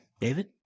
david